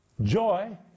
Joy